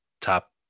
top